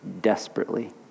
Desperately